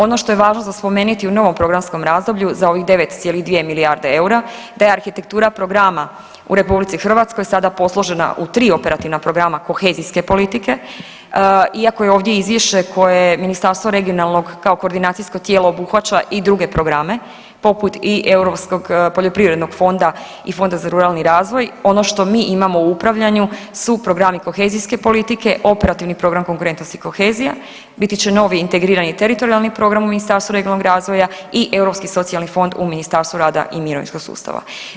Ono što je važno za spomenuti u novom programskom razdoblju za ovih 9,2 milijarde eura da je arhitektura programa u RH sada posložena u tri operativna programa kohezijske politike iako je ovdje izvješće koje je Ministarstvo regionalnog kao koordinacijsko tijelo obuhvaća i druge programe poput i Europskog poljoprivrednog fonda i Fonda za ruralni razvoj, ono što mi imamo u upravljanju su programi kohezijske politike, operativni program Konkurentnost i kohezija biti će novi integrirani teritorijalni program u Ministarstvu regionalnog razvoja i Europski socijalni fond u Ministarstvu rada i mirovinskog sustava.